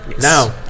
Now